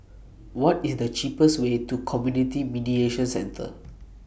What IS The cheapest Way to Community Mediation Centre